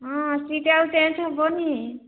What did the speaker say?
ହଁ ସିଟ୍ ଆଉ ଚେଞ୍ଜ୍ ହେବନି